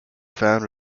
founder